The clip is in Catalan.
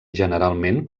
generalment